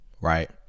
right